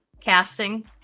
casting